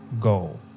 goal